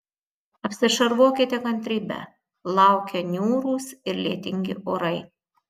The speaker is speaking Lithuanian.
apsišarvuokite kantrybe laukia niūrūs ir lietingi orai